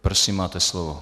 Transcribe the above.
Prosím, máte slovo.